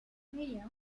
meie